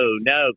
no